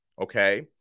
okay